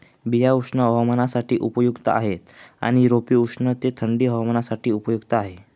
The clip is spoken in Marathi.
बिया उष्ण हवामानासाठी उपयुक्त आहेत आणि रोपे उष्ण ते थंडी हवामानासाठी उपयुक्त आहेत